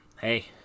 hey